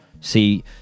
See